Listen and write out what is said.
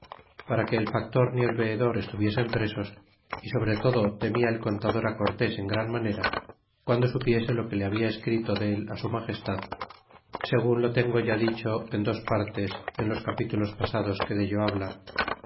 para que el factor ni el veedor estuviesen presos y sobre todo temia el contador cortés en gran manera guando supiese lo que habia escrito de el su magestad segun lo tengo ya dicho en dos partes en los capítulos pasados que dello hablan